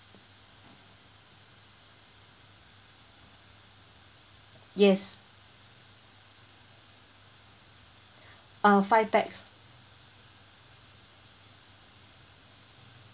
yes uh five pax